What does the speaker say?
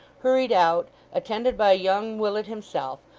hurried out attended by young willet himself,